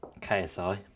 KSI